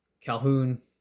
calhoun